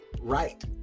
right